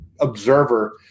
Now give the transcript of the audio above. observer